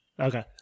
Okay